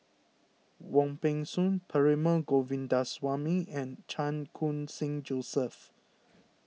Wong Peng Soon Perumal Govindaswamy and Chan Khun Sing Joseph